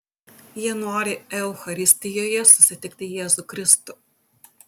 jie nori eucharistijoje susitikti jėzų kristų